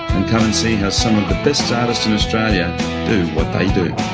and come and see how some of the best artists in australia do do